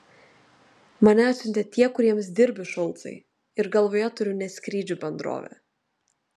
mane atsiuntė tie kuriems dirbi šulcai ir galvoje turiu ne skrydžių bendrovę